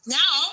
now